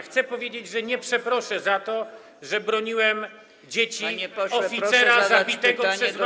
Chcę powiedzieć, że nie przeproszę za to, że broniłem dzieci oficera zabitego przez mafię.